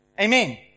Amen